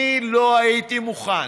אני לא הייתי מוכן.